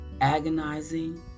agonizing